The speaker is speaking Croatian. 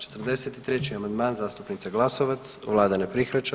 43. amandman zastupnice Glasovac, vlada ne prihvaća.